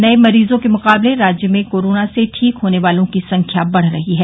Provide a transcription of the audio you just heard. नये मरीजों के मुकाबले राज्य में कोरोना से ठीक होने वालों की संख्या बढ़ रही है